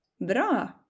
Bra